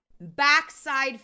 Backside